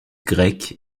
grec